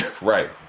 right